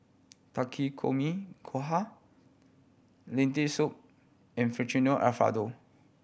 Takikomi Gohan Lentil Soup and Alfredo